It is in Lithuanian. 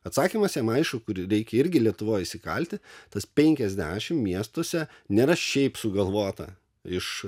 atsakymas jam aišku kurį reikia irgi lietuvoj įsikalti tas penkiasdešimt miestuose nėra šiaip sugalvota iš